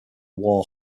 war